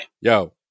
Yo